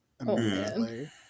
immediately